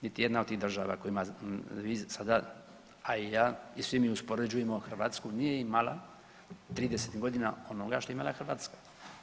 Niti jedna od tih država kojima vi sada, a i ja i svi mi uspoređujemo Hrvatsku, nije imala 30 godina onoga što je imala Hrvatska.